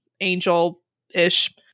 angel-ish